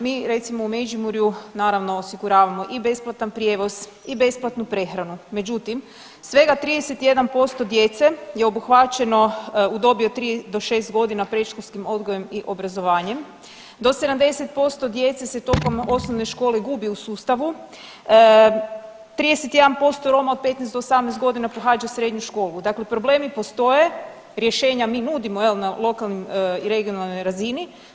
Mi recimo u Međimurju naravno osiguravamo i besplatan prijevoz i besplatnu prehranu međutim svega 31% djece je obuhvaćeno u dobi od 3 do 6.g. predškolskim odgojem i obrazovanjem, do 70% djece se tokom osnovne škole gubi u sustavu, 31% Roma od 15 do 18.g. pohađa srednju školu, dakle problemi postoje, rješenja mi nudimo je li na lokalnim i regionalnoj razini.